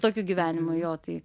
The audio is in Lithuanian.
tokiu gyvenimu jo tai